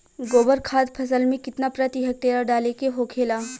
गोबर खाद फसल में कितना प्रति हेक्टेयर डाले के होखेला?